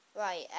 Right